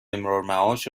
امرارمعاش